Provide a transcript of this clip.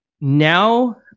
now